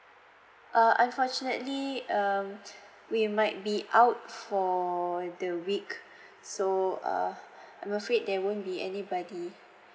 uh unfortunately um we might be out for the week so uh I'm afraid there won't be anybody